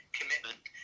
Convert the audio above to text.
commitment